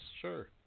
sure